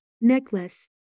Necklace